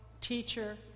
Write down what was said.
teacher